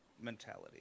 mentality